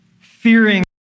fearing